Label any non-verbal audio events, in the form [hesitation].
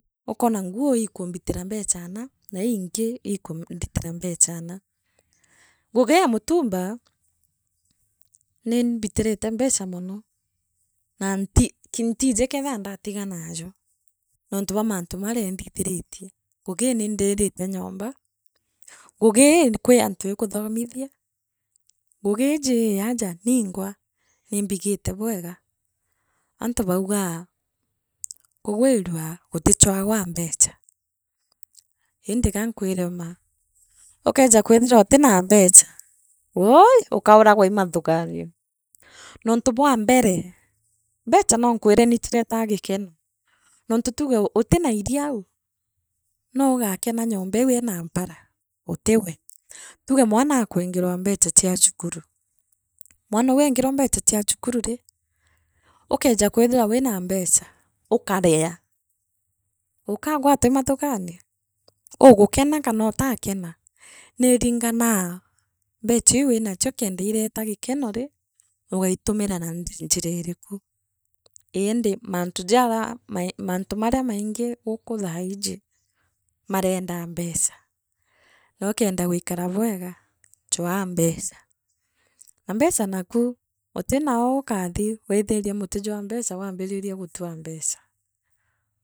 Ukoona nguu ikumbitira mbecha naa naa iingi ikuu [noise] ikuunditira mbecha naa. Ngugi ii ee mutumba [hesitation] nii mbitirite mbecha mono, na ntii ntiiji keethira ngatiganaju, nontu wa mantu maria iinthithiritie ngugi ii nindiirite nyomba ngugi ii kwi antu ikuthomithia ngugi iji ii aaja ningwa niimbigite bwega antu baugaa kugwirua gutichwaaga aa mbecha, inthika ke kwera ma, okecha kwetherote na te na mbeca, wuuii ukauragwa li mathuganio nontu bwa mbere mbecha noonkwire nichiretaa gikeno nontu tuuge gutina irio au noo ugakena nyomba iu iina mpara gutiwe, tuuge mwana akwingirwa mbecha chia chukuru. Mwanou eengirwa mbecha chia chukuru rii, ukeeja kwithirwa wina mbeca ukaria. ukagwatwa ii mathuganio ugukena kana utakena niiringanaa mbecha iu winachio kenda ireeta gikeno rii ugaitumira na nd njira iriku indi mantu ja [hesitation] ma mantu maria maingi guku thaiji marienda mbech. a nookenda gwikara bwiga chwaa mbeca, na mbeca raku gutiroo ukathii wiithiria muti jwa mbecha wambiriria gutua mbeca.